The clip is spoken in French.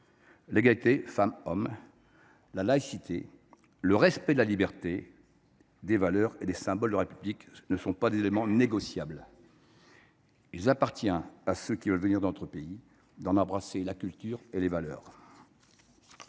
L’égalité femme homme, la laïcité, le respect de la liberté, des valeurs et des symboles de la République ne sont pas des éléments négociables. Il appartient à ceux qui veulent venir dans notre pays d’en embrasser la culture et les valeurs.